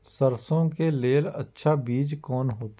सरसों के लेल अच्छा बीज कोन होते?